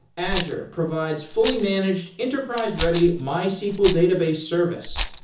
azure provides fully managed enterprise-ready mysql database service.